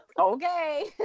Okay